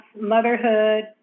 motherhood